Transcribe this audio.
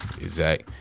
exact